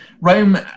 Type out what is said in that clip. Rome